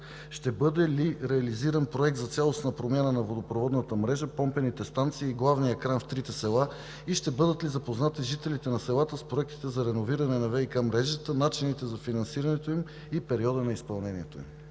ще бъде ли реализиран проект за цялостна промяна на водопроводната мрежа, помпените станции и главния кран в трите села и ще бъдат ли запознати жителите на селата с проектите за реновиране на ВиК мрежата, начините за финансирането им и периода на изпълнението им?